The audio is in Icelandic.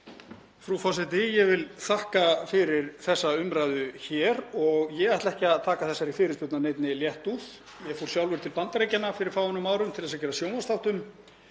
Frú forseti. Ég vil þakka fyrir þessa umræðu og ég ætla ekki að taka þessari fyrirspurn af neinni léttúð. Ég fór sjálfur til Bandaríkjanna fyrir fáeinum árum til þess að gera sjónvarpsþátt um